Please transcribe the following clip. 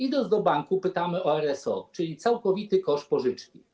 Idąc do banku, pytamy o RSO, czyli całkowity koszt pożyczki.